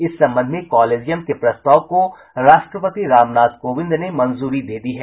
इस संबंध में कॉलेजियम के प्रस्ताव को राष्ट्रपति रामनाथ कोविंद ने मंजूरी दे दी है